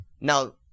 now